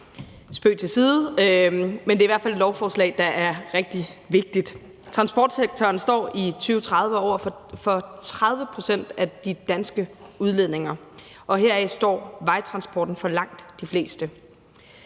spøg til side – men det er i hvert fald et lovforslag, der er rigtig vigtigt. Transportsektoren står i 2030 for 30 pct. af de danske udledninger. Og heraf står vejtransporten for langt det meste.